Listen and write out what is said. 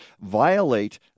violate